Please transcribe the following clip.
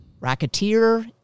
Racketeer